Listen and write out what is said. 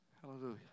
Hallelujah